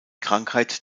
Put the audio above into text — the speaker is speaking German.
krankheit